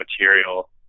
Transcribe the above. material